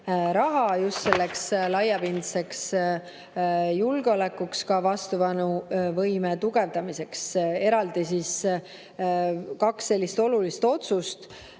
raha just selleks laiapindseks julgeolekuks, ka vastupanuvõime tugevdamiseks. [Tegime] kaks sellist olulist otsust.